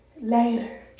later